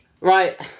Right